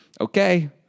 okay